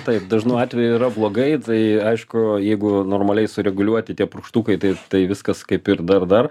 taip dažnu atveju yra blogai tai aišku jeigu normaliai sureguliuoti tie purkštukai tai tai viskas kaip ir dar dar